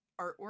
artwork